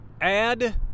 add